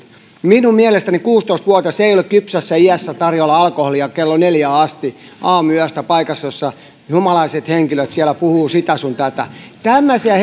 minun mielestäni kuusitoista vuotias ei ole kypsässä iässä tarjoilemaan alkoholia kello neljään asti aamuyöstä paikassa jossa humalaiset henkilöt puhuvat sitä sun tätä tämmöisiä